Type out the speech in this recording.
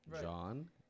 john